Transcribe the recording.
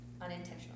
unintentional